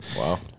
Wow